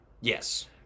Yes